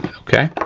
okay.